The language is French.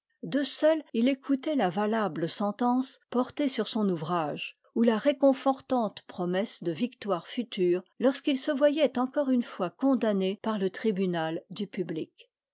d'eux seuls il écoutait la valable sentence portée sur son ouvrage ou la réconfortante promesse de victoires futures lorsqu'il se voyait encore une fois condamné par le tribunal du public